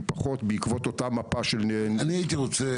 --- אני רוצה